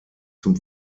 zum